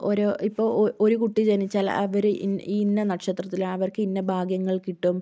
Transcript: ഓരോ ഇപ്പോൾ ഒരു കുട്ടി ജനിച്ചാൽ അവർ ഇ ഇന്ന നക്ഷത്രത്തിൽ അവർക്ക് ഇന്ന ഭാഗ്യങ്ങൾ കിട്ടും